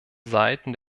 seiten